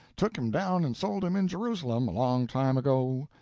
took him down and sold him in jerusalem, a long time ago.